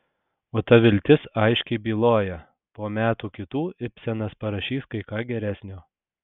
o ta viltis aiškiai byloja po metų kitų ibsenas parašys kai ką geresnio